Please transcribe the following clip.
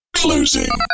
closing